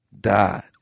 died